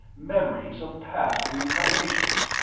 memories of past reincarnations.